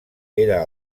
era